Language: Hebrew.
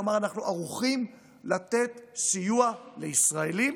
כלומר, אנחנו ערוכים לתת סיוע לישראלים